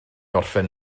orffen